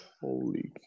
Holy